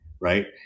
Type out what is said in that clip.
Right